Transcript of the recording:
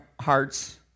hearts